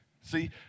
See